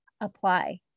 apply